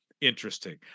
interesting